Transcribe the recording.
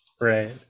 Right